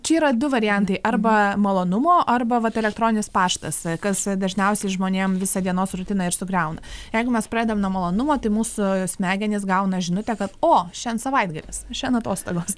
čia yra du variantai arba malonumo arba vat elektroninis paštas kas dažniausiai žmonėm visą dienos rutiną ir sugriauna jeigu mes pradedam nuo malonumo tai mūsų smegenys gauna žinutę kad o šian savaitgalis šian atostogos